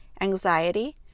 anxiety